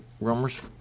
rumors